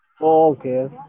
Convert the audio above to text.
Okay